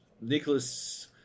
Nicholas